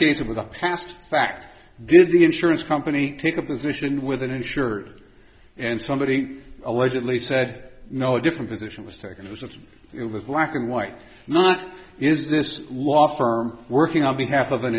case it was a past fact did the insurance company take a position with an insured and somebody allegedly said no a different position was taken it was a it was black and white not is this law firm working on behalf of an